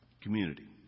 Community